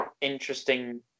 interesting